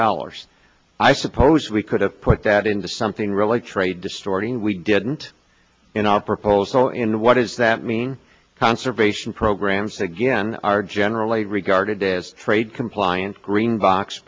dollars i suppose we could have put that into something really trade distorting we didn't in our proposal in what does that mean conservation programs again are generally regarded as trade compliant green box